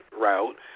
route